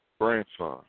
Grandson